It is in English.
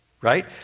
right